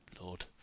Lord